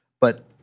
But-